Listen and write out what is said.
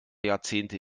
jahrzehnte